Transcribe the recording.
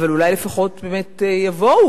אולי לפחות יבואו,